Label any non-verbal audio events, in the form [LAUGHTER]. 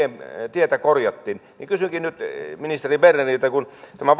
tietä korjattiin kysynkin nyt ministeri berneriltä kun tämä [UNINTELLIGIBLE]